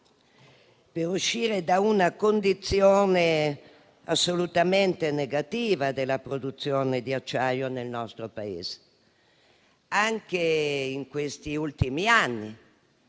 per uscire da una condizione assolutamente negativa della produzione di acciaio nel nostro Paese. Anche in questi ultimi anni,